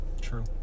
True